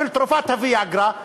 של תרופת ה"ויאגרה",